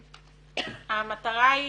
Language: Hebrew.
המטרה,